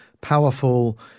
powerful